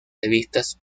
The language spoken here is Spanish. revistas